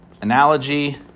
Analogy